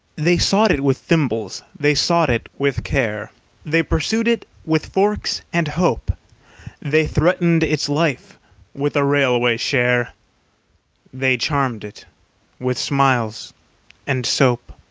they sought it with thimbles, they sought it with care they pursued it with forks and hope they threatened its life with a railway-share they charmed it with smiles and soap.